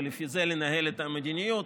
ולפי זה לנהל את המדיניות.